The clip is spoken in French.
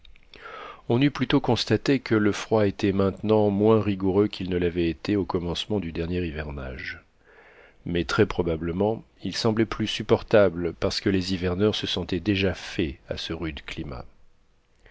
on eût plutôt constaté que le froid était maintenant moins rigoureux qu'il ne l'avait été au commencement du dernier hivernage mais très probablement il semblait plus supportable parce que les hiverneurs se sentaient déjà faits à ce rude climat